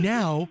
now